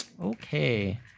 Okay